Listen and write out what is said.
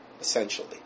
essentially